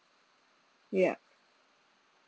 yup